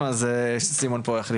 אז אני בשני